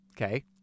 okay